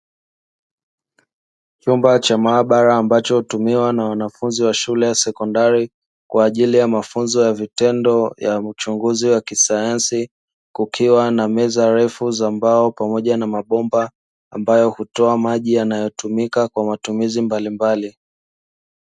Chumba cha maabara ambacho hutumiwa na wanafunzi wa shule ya sekondari, kwa ajili ya mafunzo ya vitendo ya uchunguzi wa kisayansi, kukiwa na meza refu za mbao pamoja na mabomba ambayo hutoa maji yanayotumika kwa matumizi mbalimbali.